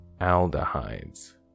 aldehydes